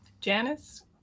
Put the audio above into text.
janice